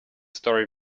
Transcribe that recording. story